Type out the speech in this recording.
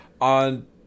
on